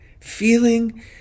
Feeling